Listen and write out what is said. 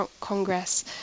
Congress